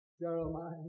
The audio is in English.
Jeremiah